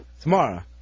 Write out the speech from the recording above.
Tomorrow